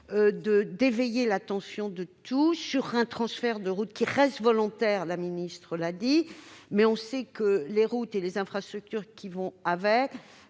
d'éveiller l'attention de tous sur ce transfert de routes, qui reste volontaire, comme Mme la ministre l'a souligné. On le sait, les routes et les infrastructures qui vont avec